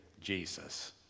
Jesus